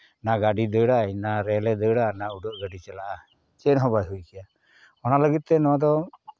ᱱᱟ ᱜᱟᱹᱰᱤ ᱫᱟᱹᱲᱟᱭ ᱱᱟ ᱨᱮᱹᱞᱮ ᱫᱟᱹᱲᱟ ᱱᱟ ᱩᱰᱟᱹᱜ ᱜᱟᱹᱰᱤ ᱪᱟᱞᱟᱜᱼᱟ ᱪᱮᱫ ᱦᱚᱸ ᱵᱟᱭ ᱦᱩᱭ ᱠᱚᱜᱼᱟ ᱚᱱᱟ ᱞᱟᱹᱜᱤᱫ ᱛᱮ ᱱᱚᱣᱟᱫᱚ